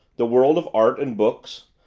the world of art and books,